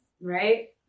Right